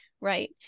right